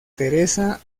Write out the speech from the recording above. teresa